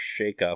shakeup